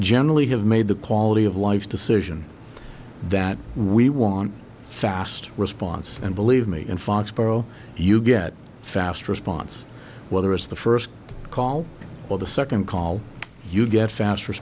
generally have made the quality of life decision that we want fast response and believe me in foxborough you get fast response whether it's the first call or the second call you get fast